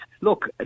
look